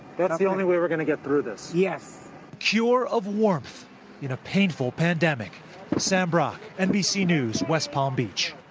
that's the only way we're going to get through this. yes reporter cure of warmth in a painful pandemic sam brock, nbc news, west palm beach.